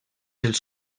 els